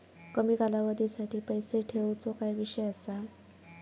कमी कालावधीसाठी पैसे ठेऊचो काय विषय असा?